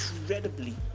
incredibly